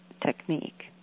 technique